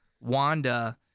Wanda